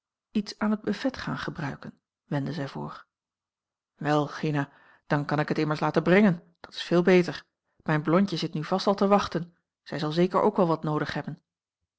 iets aan het buffet gaan gebruiken wendde zij voor wel gina dan kan ik het immers laten brengen dat is veel beter mijn blondje zit nu vast al te wachten zij zal zeker ook wel wat noodig hebben